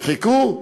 חיכו,